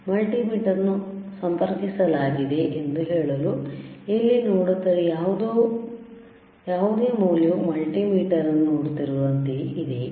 multimeter ಅನ್ನು ಸಂಪರ್ಕಿಸಲಾಗಿದೆ ಎಂದು ಹೇಳಲು ಇಲ್ಲಿ ನೋಡುತ್ತಿರುವ ಯಾವುದೇ ಮೌಲ್ಯವು ಮಲ್ಟಿಮೀಟರ್ ಅನ್ನು ನೋಡುತ್ತಿರುವಂತೆಯೇ ಇದೆಯೇ